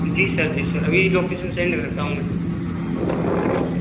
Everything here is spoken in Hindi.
जी सर जी सर अभी लोकेसन सेंड करता हूँ मैं